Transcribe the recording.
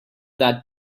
that